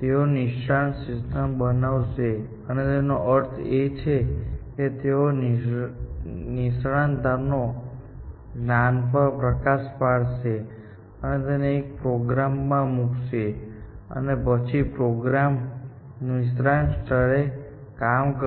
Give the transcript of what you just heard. તેઓ નિષ્ણાત સિસ્ટમ બનાવશે અને તેનો અર્થ એ છે કે તેઓ નિષ્ણાતોના જ્ઞાન પર પ્રકાશ પાડશે અને તેને એક પ્રોગ્રામ માં મૂકશે અને પછી પ્રોગ્રામ નિષ્ણાત સ્તરે કામ કરશે